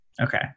Okay